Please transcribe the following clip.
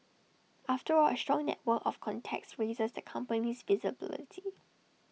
after all A strong network of contacts raises the company's visibility